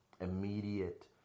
immediate